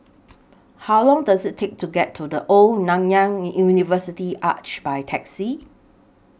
How Long Does IT Take to get to The Old Nanyang University Arch By Taxi